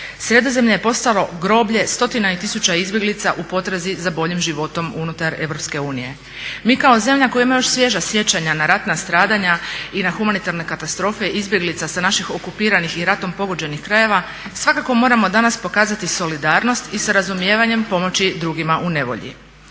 Sredozemlje je postalo groblje stotina i tisuća izbjeglica u potrazi za boljim životom unutar Europske unije. Mi kao zemlja koja ima još svježa sjećanja na ratna stradanja i na humanitarne katastrofe izbjeglica sa naših okupiranih i ratom pogođenih krajeva, svakako moramo danas pokazati solidarnost i sa razumijevanjem pomoći drugima u nevolji.